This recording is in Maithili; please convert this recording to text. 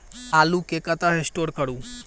आलु केँ कतह स्टोर करू?